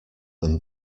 them